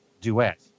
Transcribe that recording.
duet